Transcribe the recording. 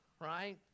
right